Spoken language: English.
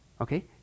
Okay